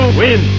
win